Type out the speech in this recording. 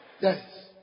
Yes